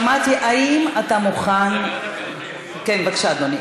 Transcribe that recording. שמעתי, האם אתה מוכן, כן, בבקשה, אדוני.